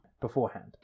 beforehand